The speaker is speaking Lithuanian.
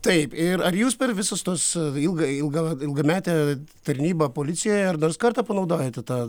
taip ir ar jūs per visus tuos ilgą ilgą ilgametę tarnybą policijoje ar nors kartą panaudojate tą